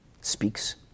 speaks